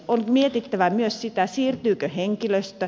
on mietittävä myös sitä siirtyykö henkilöstö